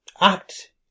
act